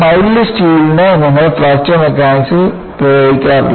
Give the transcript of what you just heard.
mild സ്റ്റീൽന് നിങ്ങൾ fracture mechanics പ്രയോഗിക്കില്ല